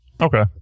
Okay